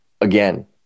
again